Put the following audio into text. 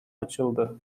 açıldı